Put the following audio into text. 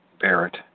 Barrett